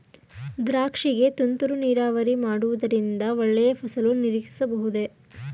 ದ್ರಾಕ್ಷಿ ಗೆ ತುಂತುರು ನೀರಾವರಿ ಮಾಡುವುದರಿಂದ ಒಳ್ಳೆಯ ಫಸಲು ನಿರೀಕ್ಷಿಸಬಹುದೇ?